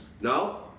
No